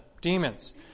demons